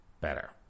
better